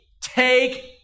take